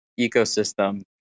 ecosystem